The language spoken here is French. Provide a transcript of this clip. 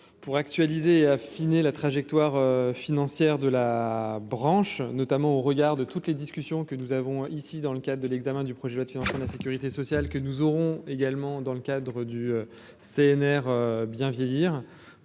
pour actualiser affiner la trajectoire financière de la branche. Notamment au regard de toutes les discussions que nous avons ici dans le cadre de l'examen du projet, faire un peu la sécurité sociale que nous aurons également dans le cadre du CNR bien vieillir